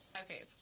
Okay